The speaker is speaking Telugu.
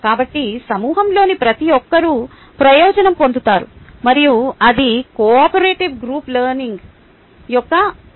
కాబట్టి సమూహంలోని ప్రతి ఒక్కరూ ప్రయోజనం పొందుతారు మరియు అది కోఆపరేటివ్ గ్రూప్ లెర్నింగ్ యొక్క అందం